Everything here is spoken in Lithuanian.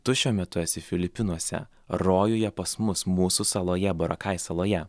tu šiuo metu esi filipinuose rojuje pas mus mūsų saloje barakai saloje